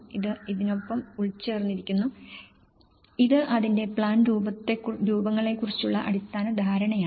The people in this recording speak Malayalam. ഇത് അതിനൊപ്പം ഉൾച്ചേർത്തിരിക്കുന്നു ഇത് അതിന്റെ പ്ലാൻ രൂപങ്ങളെക്കുറിച്ചുള്ള അടിസ്ഥാന ധാരണയാണ്